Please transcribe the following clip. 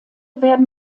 werden